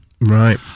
Right